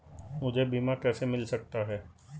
मुझे बीमा कैसे मिल सकता है?